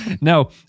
No